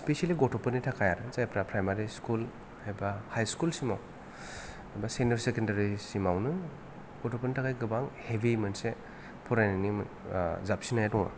specially गथ'फोरनि थाखाया जायफ्रा प्रायमारि स्कुल एबा हाइस्कुलसिमआव सिनियर सेकेन्डारिसिमावनो गथ'फोरनि थाखाय गोबां हेभि मोनसे फरायनायनि मो जाबसिननाया दं